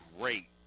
great